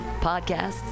podcasts